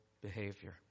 behavior